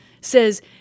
says